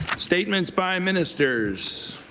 statements by ministers.